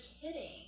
kidding